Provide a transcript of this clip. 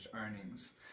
earnings